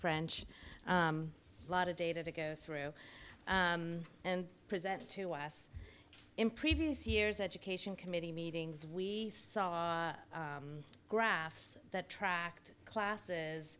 french lot of data to go through and presented to us in previous years education committee meetings we saw graphs that tracked classes